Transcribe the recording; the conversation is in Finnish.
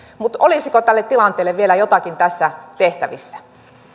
olisiko tälle tilanteelle vielä jotakin tässä tehtävissä